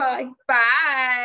Bye-bye